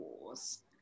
wars